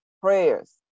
prayers